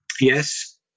Yes